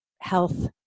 health